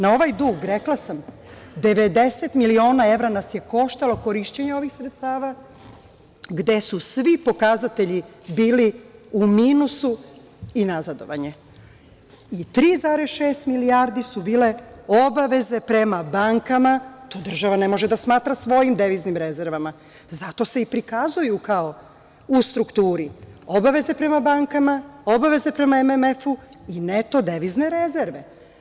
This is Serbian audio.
Na ovaj dug, rekla sam, 90 miliona evra nas je koštalo korišćenje ovih sredstava, gde su svi pokazatelji bili u minusu i nazadovanje, i 3,6 milijardi su bile obaveze prema bankama, to država ne može da smatra svojim deviznim rezervama, zato se i prikazuju kao u strukturi, obaveze prema bankama, obaveze prema MMF-u i neto devizne rezerve.